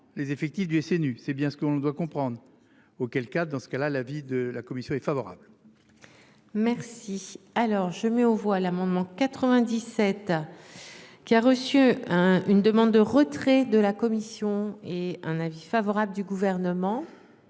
les effectifs du SNU. C'est bien ce qu'on doit comprendre. Auquel cas, dans ce cas-là l'avis de la commission est favorable. Merci. Alors je mets aux voix l'amendement 97. Qui a reçu un une demande de retrait de la commission et un avis favorable du gouvernement.